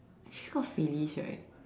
she's called Felice right